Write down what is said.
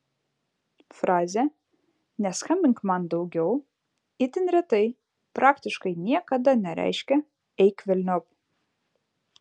frazė neskambink man daugiau itin retai praktiškai niekada nereiškia eik velniop